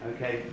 Okay